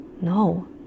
No